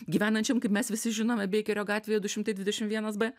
gyvenančiam kaip mes visi žinome beikerio gatvėje du šimtai dvidešim vienas b